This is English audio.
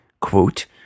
quote